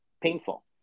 painful